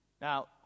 Now